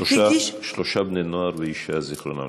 שלושה בני-נוער ואישה ז"ל.